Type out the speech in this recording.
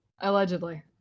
allegedly